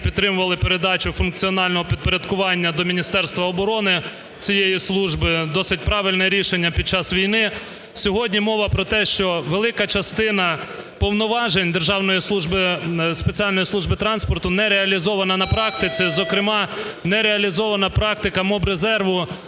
підтримували передачу функціонального підпорядкування до Міністерства оборони цієї служби. Досить правильне рішення під час війни. Сьогодні мова про те, що велика частина повноважень Державної служби спеціальної служби транспорту не реалізована на практиці, зокрема не реалізована практика мобрезерву